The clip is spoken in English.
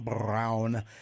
brown